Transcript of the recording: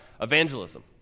evangelism